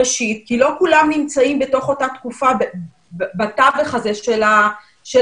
ראשית כי לא כולם נמצאים בתוך אותה תקופה בתווך הזה של הלימוד.